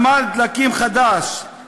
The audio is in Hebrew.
מתחם דלקים חדש,